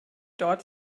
dort